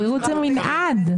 מנעד.